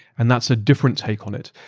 and that's a different take on it.